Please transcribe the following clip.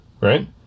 Right